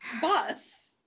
bus